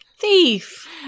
Thief